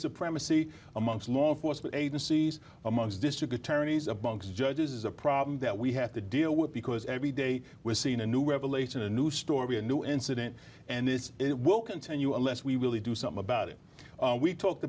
supremacy amongst law enforcement agencies amongst district attorneys a bungs judges a problem that we have to deal with because every day we're seeing a new revelation a new story a new incident and this will continue unless we really do some about it we talked